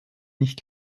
nicht